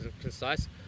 concise